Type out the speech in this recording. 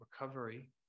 recovery